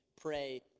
pray